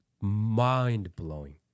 mind-blowing